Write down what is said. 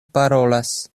parolas